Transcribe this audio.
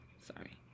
Sorry